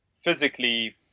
physically